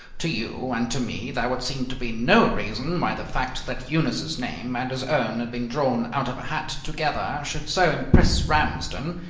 to you and to me there would seem to be no reason why the fact that eunice's name and his own had been drawn out of a hat together should so impress ramsden,